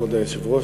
כבוד היושב-ראש,